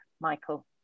Michael